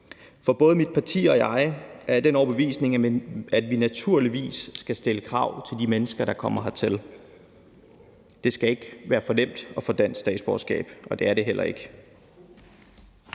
For både mit parti og jeg er af den overbevisning, at vi naturligvis skal stille krav til de mennesker, der kommer hertil. Det skal ikke være for nemt at få dansk statsborgerskab, og det er det heller ikke,